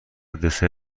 دسر